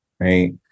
Right